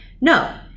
no